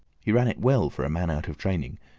he ran it well, for a man out of training,